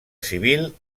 civil